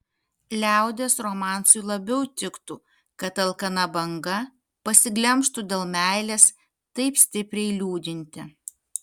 liaudies romansui labiau tiktų kad alkana banga pasiglemžtų dėl meilės taip stipriai liūdintį